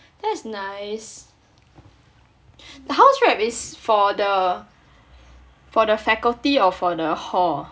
that's nice the house rep is for the for the faculty or for hall